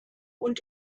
und